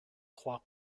croix